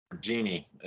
genie